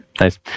Nice